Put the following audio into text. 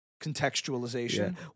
contextualization